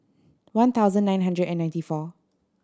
one thousand nine hundred and ninety four